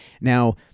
Now